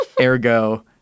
ergo